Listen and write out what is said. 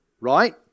right